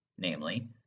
namely